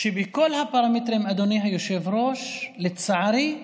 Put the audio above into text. ובכל הפרמטרים, אדוני היושב-ראש, לצערי,